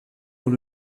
dans